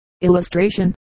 Illustration